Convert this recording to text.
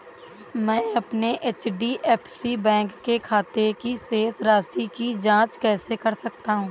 मैं अपने HDFC bank के खाते की शेष राशि की जाँच कैसे कर सकता हूँ?